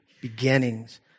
beginnings